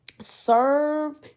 Serve